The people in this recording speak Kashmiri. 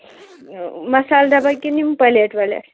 مَصال ڈَبہ کِنہٕ یِم پَلیٹ وَلیٹ